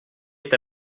est